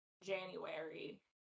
january